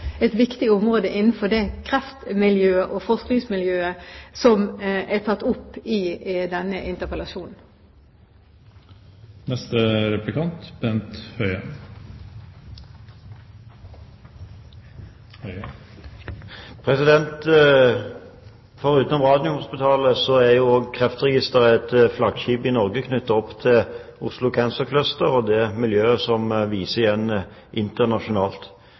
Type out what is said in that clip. et viktig område innenfor kreft og det forskningsmiljøet som er tatt opp i denne saken. Foruten Radiumhospitalet er Kreftregisteret et flaggskip i Norge knyttet opp til Oslo Cancer Cluster og det miljøet som vi ser igjen internasjonalt.